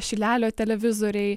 šilelio televizoriai